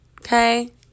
okay